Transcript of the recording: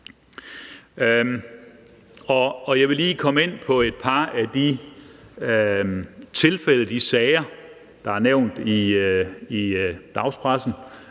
Jeg vil lige komme ind på et par af de tilfælde, de sager, der er nævnt i dagspressen,